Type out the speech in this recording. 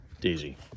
daisy